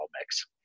mix